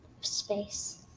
space